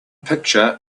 picture